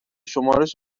شمارش